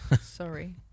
Sorry